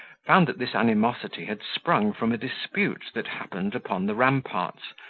found that this animosity had sprung from a dispute that happened upon the ramparts,